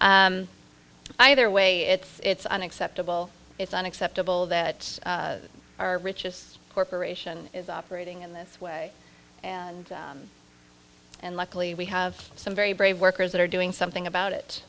either way it's unacceptable it's unacceptable that our richest corporation is operating in this way and and luckily we have some very brave workers that are doing something about it